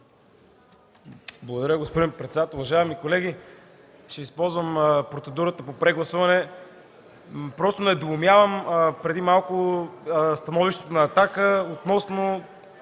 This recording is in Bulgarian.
Благодаря, господин председател. Уважаеми колеги, ще използвам процедурата по прегласуване. Просто недоумявам: преди малко в становището на „Атака” – един